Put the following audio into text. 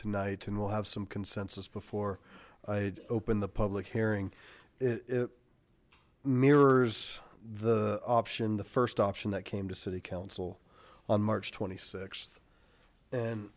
tonight and we'll have some consensus before i open the public hearing it mirrors the option the first option that came to city council on march twenty sixth and